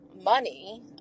money